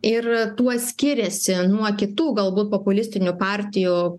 ir tuo skiriasi nuo kitų galbūt populistinių partijų